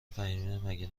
فهیمهمگه